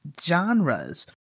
genres